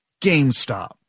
GameStop